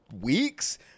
weeks